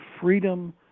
freedom